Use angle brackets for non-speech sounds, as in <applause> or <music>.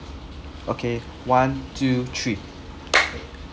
okay one two three <noise>